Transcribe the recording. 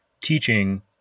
teaching